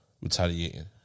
Retaliating